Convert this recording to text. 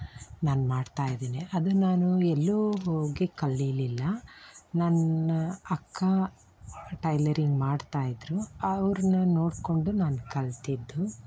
ನಾನು ಮಾಡ್ತಾ ಇದ್ದೇನೆ ಅದು ನಾನು ಎಲ್ಲೂ ಹೋಗಿ ಕಲಿಯಲಿಲ್ಲ ನನ್ನ ಅಕ್ಕ ಟೈಲರಿಂಗ್ ಮಾಡ್ತಾ ಇದ್ದರು ಅವ್ರ್ನ ನೋಡಿಕೊಂಡು ನಾನು ಕಲಿತಿದ್ದು